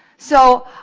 so,